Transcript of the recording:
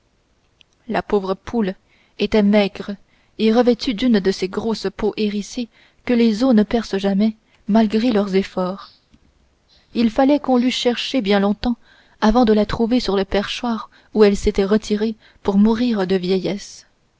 la pauvre poule était maigre et revêtue d'une de ces grosses peaux hérissées que les os ne percent jamais malgré leurs efforts il fallait qu'on l'eût cherchée bien longtemps avant de la trouver sur le perchoir où elle s'était retirée pour mourir de vieillesse